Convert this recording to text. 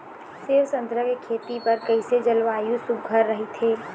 सेवा संतरा के खेती बर कइसे जलवायु सुघ्घर राईथे?